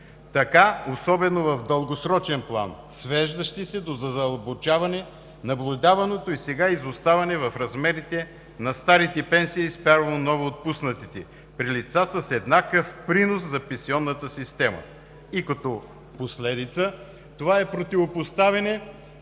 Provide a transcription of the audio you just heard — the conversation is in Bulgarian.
особено в дългосрочен план, свеждащи се до задълбочаване на наблюдаваното изоставане в размерите на старите пенсии спрямо новоотпуснатите при лица с еднакъв принос за пенсионната система. Като последица, това е противопоставяне